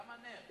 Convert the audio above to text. למה נר?